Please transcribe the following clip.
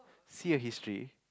see your history